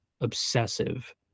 obsessive